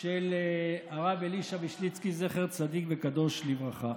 של הרב אלישע וישליצקי, זכר צדיק וקדוש לברכה.